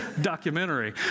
documentary